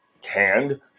canned